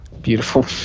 Beautiful